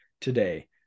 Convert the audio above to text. today